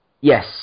Yes